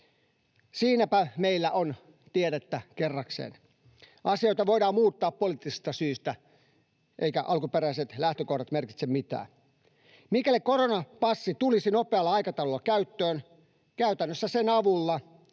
Siinäpä meillä on tiedettä kerrakseen. Asioita voidaan muuttaa poliittisista syistä, eivätkä alkuperäiset lähtökohdat merkitse mitään. Mikäli koronapassi tulisi nopealla aikataululla käyttöön, käytännössä sen avulla